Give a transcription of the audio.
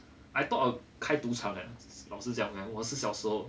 I thought of 开赌场啊老实讲我是小时候